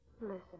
Listen